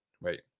Wait